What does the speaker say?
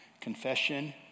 confession